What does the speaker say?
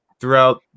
throughout